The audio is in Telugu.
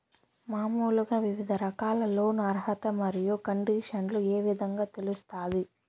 మామూలుగా వివిధ రకాల లోను అర్హత మరియు కండిషన్లు ఏ విధంగా తెలుస్తాది?